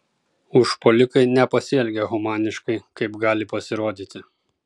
užpuolikai nepasielgė humaniškai kaip gali pasirodyti